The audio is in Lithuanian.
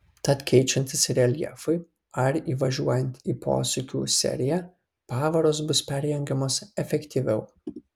tad keičiantis reljefui ar įvažiuojant į posūkių seriją pavaros bus perjungiamos efektyviau